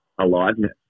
aliveness